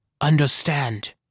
understand